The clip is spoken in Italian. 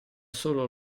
solo